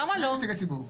זה לא נציגי ציבור.